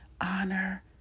honor